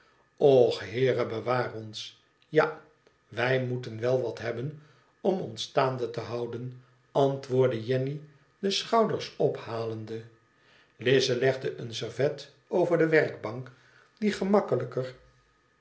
och heere bewaar ons ja wij moeten wel wat hebben om ons staande te houden antwoordde jenny de schouders ophalende lize legde een servet over de werkbank die gemakkelijker